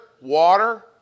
water